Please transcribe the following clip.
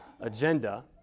agenda